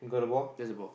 where's the ball